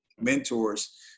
mentors